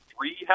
three